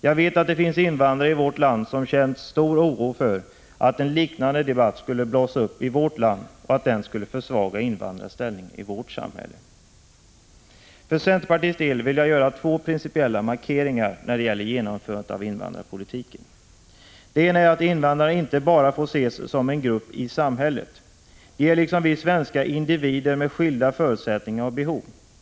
Jag vet att det finns invandrare i vårt land som känt stor oro för att en liknande debatt skulle blossa upp i vårt land och att den skulle försvaga invandrarnas ställning i vårt samhälle. För centerpartiets del vill jag göra två principiella markeringar när det gäller genomförandet av invandrarpolitiken. Invandrarna får inte bara ses som en grupp i samhället. De är liksom vi svenskar individer med skilda förutsättningar och behov.